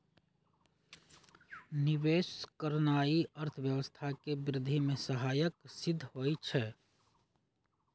निवेश करनाइ अर्थव्यवस्था के वृद्धि में सहायक सिद्ध होइ छइ